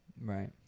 Right